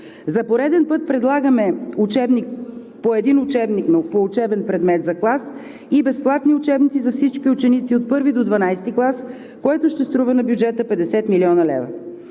За пореден път предлагаме по един учебник по учебен предмет за клас и безплатни учебници за всички ученици от I до XII клас, което ще струва на бюджета 50 млн. лв.